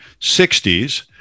60s